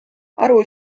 aru